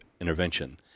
intervention